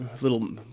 little